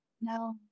No